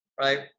right